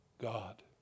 God